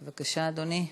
בבקשה, אדוני.